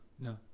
No